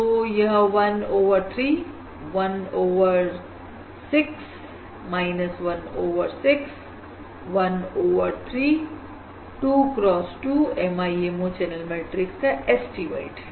तो यह 1 over 3 1 over 6 1 over 6 1 over 3 2 cross 2 MIMO channel matrix का एस्टीमेट है